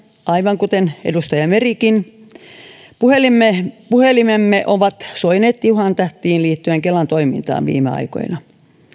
aivan kuten edustaja merikin puhelimemme ovat soineet tiuhaan tahtiin liittyen kelan toimintaan viime aikoina